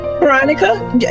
Veronica